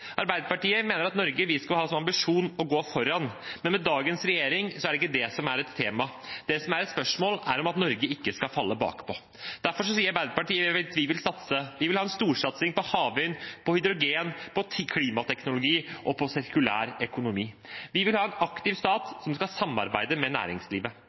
Arbeiderpartiet mener at Norge skal ha som ambisjon å gå foran, men med dagens regjering er det ikke det som er tema. Det som er spørsmålet, er at Norge ikke skal falle bakpå. Derfor sier Arbeiderpartiet at vi vil satse. Vi vil ha en storsatsing på havvind, hydrogen, klimateknologi og sirkulær økonomi. Vi vil ha en aktiv stat som skal samarbeide med næringslivet.